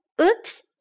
Oops